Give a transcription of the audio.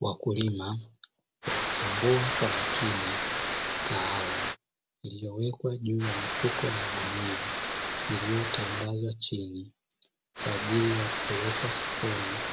Wakulima wakichambua kwa makini kahawa, iliyowekwa juu ya mifuko ya magunia iliyotandazwa chini kwa ajili ya kupelekwa sokoni